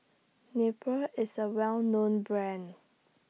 Nepro IS A Well known Brand